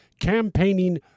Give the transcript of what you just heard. campaigning